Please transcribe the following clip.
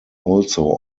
also